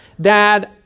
Dad